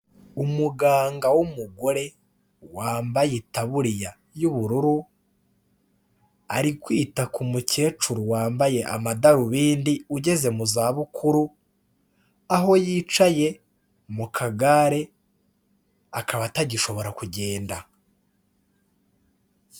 Umuganga w'umugore wambaye itaburiya y'ubururu ari kwita ku mukecuru wambaye amadarubindi ugeze mu zabukuru aho yicaye mu kagare akaba atagishobora kugenda.